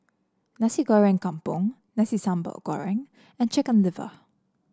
Nasi Goreng Kampung Nasi Sambal Goreng and Chicken Liver